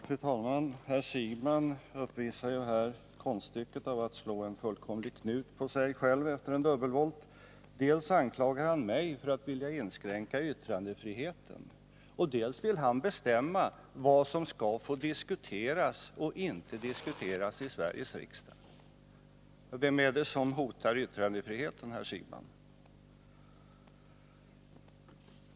Fru talman! Herr Siegbahn uppvisar här konststycket att efter en dubbelvolt slå en fullkomlig knut på sig själv. Dels anklagar han mig för att vilja inskränka yttrandefriheten, dels vill han bestämma vad som skall få diskuteras och inte diskuteras i Sveriges riksdag. Vem är det som hotar yttrandefriheten, herr Siegbahn?